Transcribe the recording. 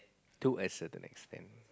to a certain extent